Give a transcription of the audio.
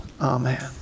Amen